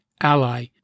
ally